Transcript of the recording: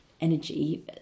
energy